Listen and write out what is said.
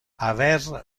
aver